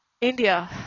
India